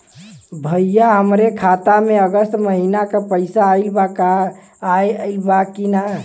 भईया हमरे खाता में अगस्त महीना क पैसा आईल बा की ना?